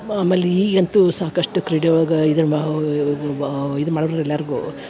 ಆಮೇಲೆ ಈಗಂತು ಸಾಕಷ್ಟು ಕ್ರೀಡೆ ಒಳಗೆ ಇದು ಮಾ ಇದು ಮಾಡೋದು ಎಲ್ಲಾರಿಗು